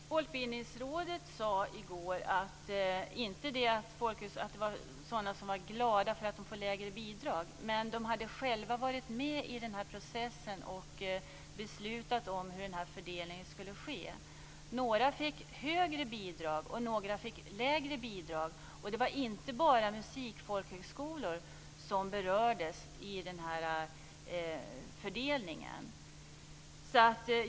Fru talman! Folkbildningsrådet sade inte i går att någon var glad för att de fått lägre bidrag. Men folkhögskolorna hade själva varit med i processen och beslutat om hur fördelningen skulle ske. Några fick högre bidrag, och några fick lägre bidrag. Det var inte bara musikfolkhögskolor som berördes i denna fördelning.